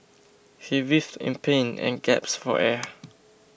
he writhed in pain and gasped for air